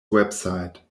website